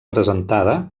presentada